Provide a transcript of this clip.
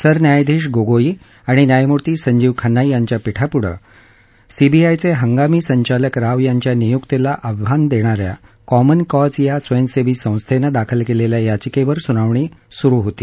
सरन्यायाधीश गोगोई आणि न्यायमुर्ती संजीव खन्ना यांच्या पीठापुढे सीबीआयचे हंगामी संचालक राव यांच्या नियुक्तीला आव्हांन देणाऱ्या कॉमन कॉज या स्वयंसेवी संस्थेनं दाखल केलेल्या याचिकेवर सुनावणी सुरु होती